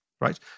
right